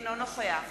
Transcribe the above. אינו נוכח